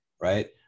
right